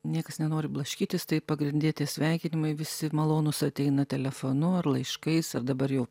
niekas nenori blaškytis tai pagrindie tie sveikinimai visi malonūs ateina telefonu ar laiškais ar dabar jau